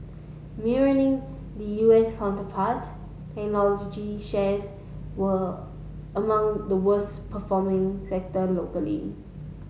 mirroring the U S counterpart technology shares were among the worse performing sector locally